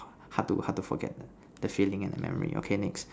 hard to hard to forget the feeling and the memory okay next